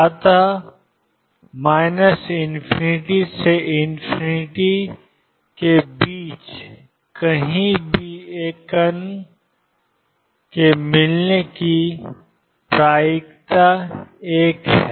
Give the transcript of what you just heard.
अत ∞ से और के बीच कहीं भी एक कण के मिलने की प्रायिकता 1 है